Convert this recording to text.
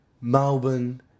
Melbourne